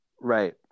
Right